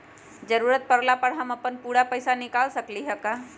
जरूरत परला पर हम अपन पूरा पैसा निकाल सकली ह का?